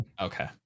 Okay